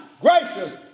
gracious